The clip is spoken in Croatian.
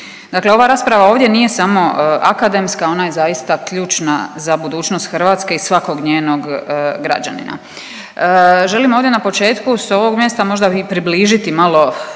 Dakle, ova rasprava ovdje nije samo akademska, ona je zaista ključna za budućnost Hrvatske i svakog njenog građanina. Želim ovdje na početku sa ovog mjesta možda i približiti malo